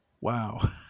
Wow